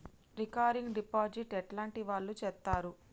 Recurring deposit ఎట్లాంటి వాళ్లు చేత్తరు?